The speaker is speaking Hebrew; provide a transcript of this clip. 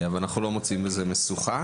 אנחנו לא מוצאים בזה משוכה.